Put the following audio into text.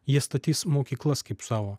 jie statys mokyklas kaip savo